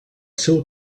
seu